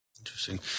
Interesting